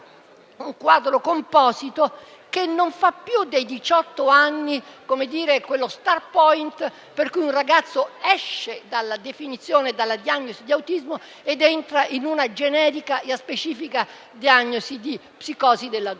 un quadro composito che non fa più dei 18 anni quello *start point* per cui un ragazzo esce dalla definizione, dalla diagnosi di autismo, ed entra in una generica e aspecifica diagnosi di psicosi dell'adulto.